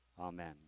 Amen